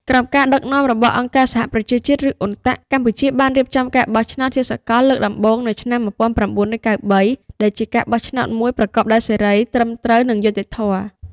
ក្រោមការដឹកនាំរបស់អង្គការសហប្រជាជាតិ ឬ UNTAC កម្ពុជាបានរៀបចំការបោះឆ្នោតជាសកលលើកដំបូងនៅឆ្នាំ១៩៩៣ ដែលជាការបោះឆ្នោតមួយប្រកបដោយសេរី ត្រឹមត្រូវ និងយុត្តិធម៌។